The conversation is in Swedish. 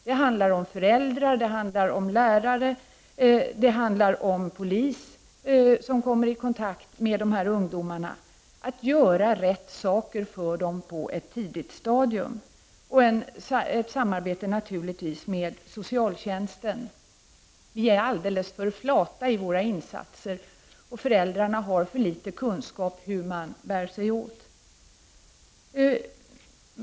Det gäller för föräldrar, lärare och de poliser som kommer i kontakt med ungdomarna att vidta rätt åtgärder på ett tidigt stadium. Ett samarbete skall också ske med socialtjänsten. Vi är alldeles för flata i våra insatser. Föräldrarna har för liten kunskap om hur de skall bära sig åt.